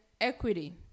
equity